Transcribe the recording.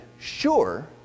sure